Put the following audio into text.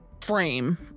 Frame